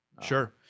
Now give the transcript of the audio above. Sure